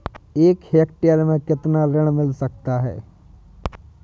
एक हेक्टेयर में कितना ऋण मिल सकता है?